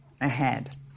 ahead